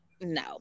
No